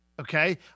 okay